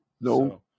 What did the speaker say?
No